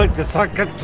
like to suck up to,